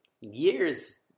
Years